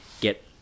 get